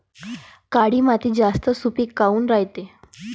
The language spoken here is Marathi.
काळी माती जास्त सुपीक काऊन रायते?